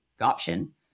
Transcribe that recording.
option